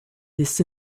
this